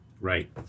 Right